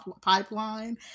pipeline